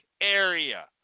area